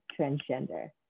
transgender